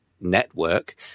network